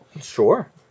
Sure